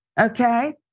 Okay